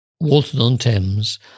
Walton-on-Thames